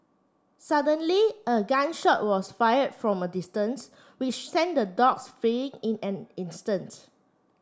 suddenly a gun shot was fired from a distance which sent the dogs fleeing in an instant